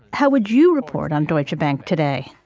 how would you report on deutsche bank today?